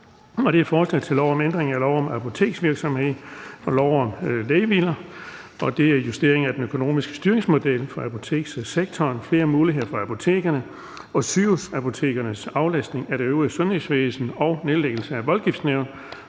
L 127: Forslag til lov om ændring af lov om apoteksvirksomhed og lov om lægemidler. (Justeringer af den økonomiske styringsmodel for apotekssektoren, flere muligheder for apotekerne og sygehusapotekernes aflastning af det øvrige sundhedsvæsen og nedlæggelse af voldgiftsnævn